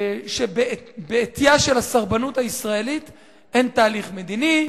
ובעטיה של הסרבנות הישראלית אין תהליך מדיני,